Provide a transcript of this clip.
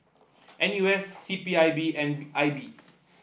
N U S C P I B and I B